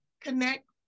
connect